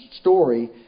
story